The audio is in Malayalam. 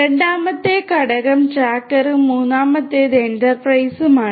രണ്ടാമത്തെ ഘടകം ട്രാക്കറും മൂന്നാമത്തേത് എന്റർപ്രൈസുമാണ്